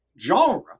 genre